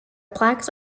plaques